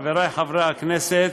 חברי חברי הכנסת,